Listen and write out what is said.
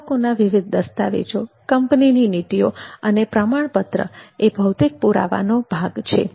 ગ્રાહકોના વિવિધ દસ્તાવેજો કંપનીની નીતિઓ અને પ્રમાણપત્ર એ ભૌતિક પુરાવા નો ભાગ છે